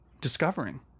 discovering